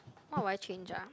what would I change ah